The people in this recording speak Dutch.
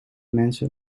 mensen